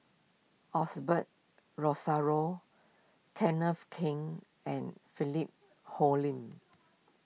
Osbert Rozario Kenneth Keng and Philip Hoalim